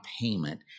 payment